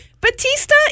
Batista